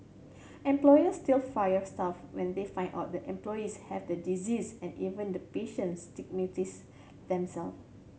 employers still fire staff when they find out the employees have the disease and even the patients stigmatise themselves